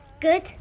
Good